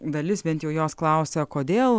dalis bent jau jos klausia kodėl